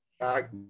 back